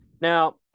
Now